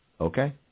Okay